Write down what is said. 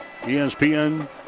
ESPN